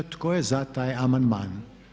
Tko je za taj amandman?